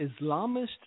Islamist